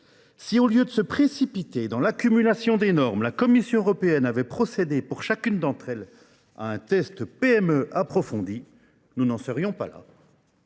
Si au lieu de se précipiter dans l'accumulation des normes, la Commission européenne avait procédé pour chacune d'entre elles à un test PME approfondi, nous n'en serions pas là.